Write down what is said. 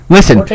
Listen